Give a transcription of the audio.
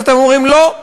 אז אתם אומרים: לא,